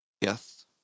Yes